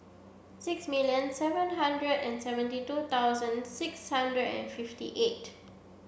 six million seven hundred and seventy two thousand six hundred and fifty eight